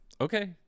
Okay